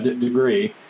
degree